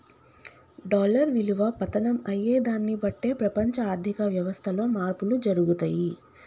dollar విలువ పతనం అయ్యేదాన్ని బట్టే ప్రపంచ ఆర్ధిక వ్యవస్థలో మార్పులు జరుగుతయి